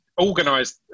organised